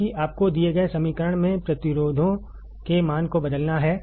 क्योंकि आपकोदिए गए समीकरण में प्रतिरोधों के मान को बदलना है